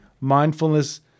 mindfulness